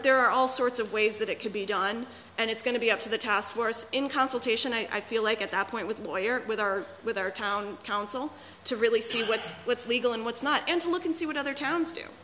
there are all sorts of ways that it could be done and it's going to be up to the task force in consultation i feel like at that point with lawyers with our with our town council to really see what's what's legal and what's not and to look and see what other towns